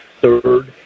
third